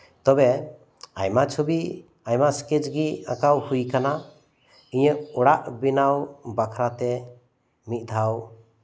ᱛᱚᱵᱮ ᱟᱭᱢᱟ ᱪᱷᱚᱵᱤ ᱟᱭᱢᱟ ᱮᱥᱠᱮᱪ ᱜᱮ ᱟᱸᱠᱟᱣ ᱦᱩᱭ ᱠᱟᱱᱟ ᱤᱧᱟᱹᱜ ᱚᱲᱟᱜ ᱵᱮᱱᱟᱣ ᱵᱟᱠᱷᱨᱟᱛᱮ ᱢᱤᱫᱫᱷᱟᱣ